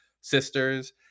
sisters